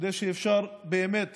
כדי שבאמת